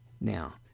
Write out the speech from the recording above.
Now